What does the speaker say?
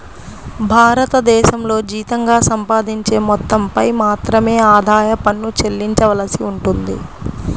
భారతదేశంలో జీతంగా సంపాదించే మొత్తంపై మాత్రమే ఆదాయ పన్ను చెల్లించవలసి ఉంటుంది